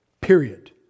Period